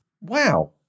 Wow